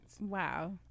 Wow